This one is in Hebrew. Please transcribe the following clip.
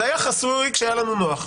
זה היה חסוי כשהיה לנו נוח,